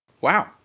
Wow